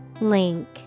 Link